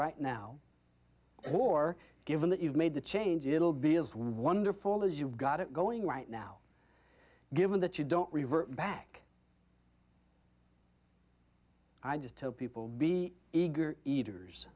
right now or given that you've made the changes it'll be as wonderful as you've got it going right now given that you don't revert back i just hope people be eager eaters